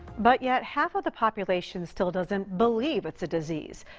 but yet, half of the population still doesn't believe it's a disease.